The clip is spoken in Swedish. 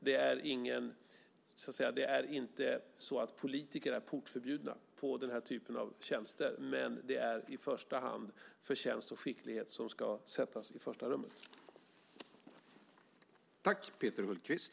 Det är inte så att politiker är portförbjudna på den här typen av tjänster, men det är i första hand förtjänst och skicklighet som ska sättas i första rummet.